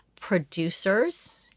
producers